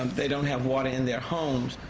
um they don't have water in their homes,